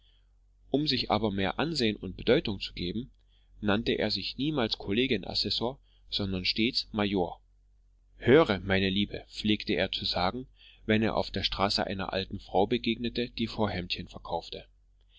um sich aber mehr ansehen und bedeutung zu geben nannte er sich niemals kollegien assessor sondern stets major höre meine liebe pflegte er zu sagen wenn er auf der straße einer alten frau begegnete die vorhemdchen verkaufte